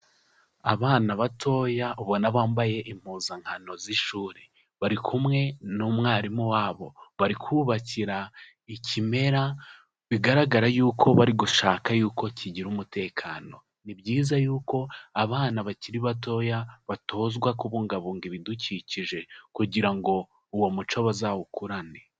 Abana batoya ubona bambaye impuzankano z'ishuri, bari kumwe n'umwarimu wabo bari kubakira ikimera bigaragara yuko bari gushaka yuko kigira umutekano. Ni byiza yuko abana bakiri batoya batozwa kubungabunga ibidukikije kugira ngo uwo muco bazawukurane.